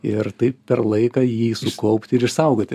ir taip per laiką jį susikaupti ir išsaugoti